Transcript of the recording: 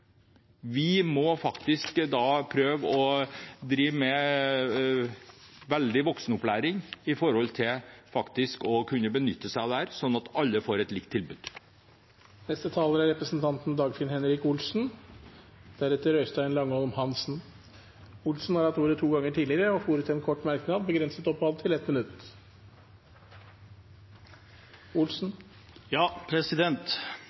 vi opplever i samfunnet nå, går ikke tilbake. Da må vi faktisk drive voksenopplæring i å kunne benytte seg av dette, slik at alle får et likt tilbud. Representanten Dagfinn Henrik Olsen har hatt ordet to ganger tidligere og får ordet til en kort merknad, begrenset til 1 minutt.